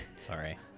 Sorry